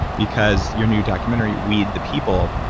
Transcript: because your new documentary, weed the people,